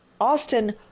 Austin